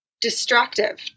destructive